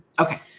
Okay